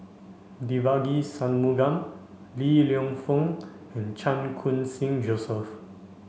Devagi Sanmugam Li Lienfung and Chan Khun Sing Joseph